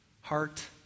Heart